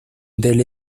del